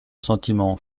sentiment